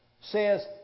says